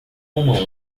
uma